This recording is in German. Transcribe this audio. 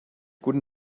guten